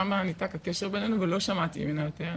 שם ניתק הקשר בינינו ולא שמעתי ממנה יותר.